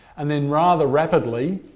and then rather rapidly,